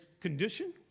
condition